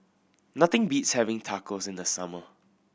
nothing beats having Tacos in the summer